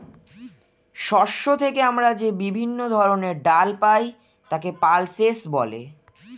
শস্য থেকে আমরা যে বিভিন্ন ধরনের ডাল পাই তাকে পালসেস বলে